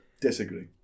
Disagree